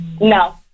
No